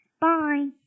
Bye